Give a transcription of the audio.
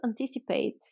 anticipate